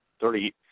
thirty